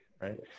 right